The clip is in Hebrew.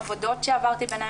עבודות שעברתי ביניהן,